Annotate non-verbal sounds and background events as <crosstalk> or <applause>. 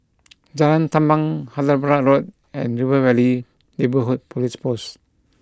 <noise> Jalan Tamban Hyderabad Road and River Valley Neighbourhood Police Post